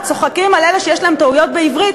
וצוחקים על אלה שיש להם טעויות בעברית,